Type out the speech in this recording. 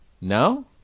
No